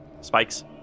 Spikes